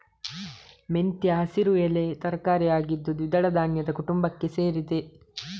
ಮೆಂತ್ಯ ಹಸಿರು ಎಲೆ ತರಕಾರಿ ಆಗಿದ್ದು ದ್ವಿದಳ ಧಾನ್ಯದ ಕುಟುಂಬಕ್ಕೆ ಸೇರಿದೆ